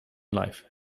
life